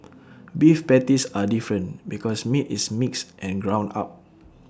beef patties are different because meat is mixed and ground up